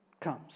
comes